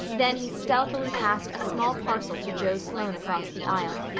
then he stealthily passed a small parcel to joe sloane across the aisle.